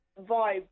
vibe